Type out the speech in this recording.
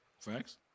thanks